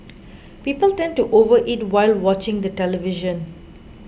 people tend to overeat while watching the television